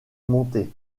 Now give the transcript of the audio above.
monter